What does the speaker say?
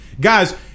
Guys